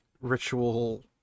ritual